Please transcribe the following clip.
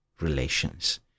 relations